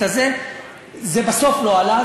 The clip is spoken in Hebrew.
זה בסוף לא עלה,